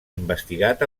investigat